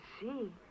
see